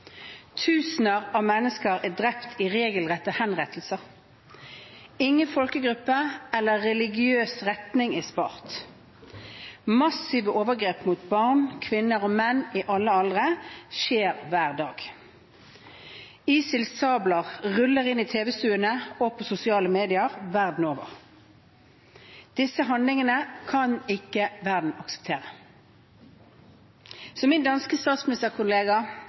Tusener av mennesker er drept i regelrette henrettelser. Ingen folkegruppe eller religiøs retning er spart. Massive overgrep mot barn, kvinner og menn i alle aldre skjer hver dag. ISILs sabler ruller inn i tv-stuene og på sosiale medier verden over. Disse handlingene kan ikke verden akseptere. Som min danske statsministerkollega